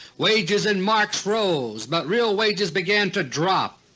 wages in marks rose, but real wages began to drop.